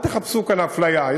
אל תחפשו כאן אפליה.